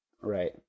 Right